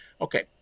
Okay